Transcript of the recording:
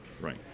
Right